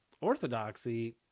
orthodoxy